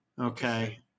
okay